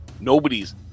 nobody's